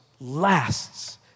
lasts